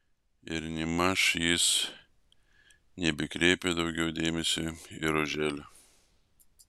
ir nėmaž jis nebekreipė daugiau dėmesio į roželę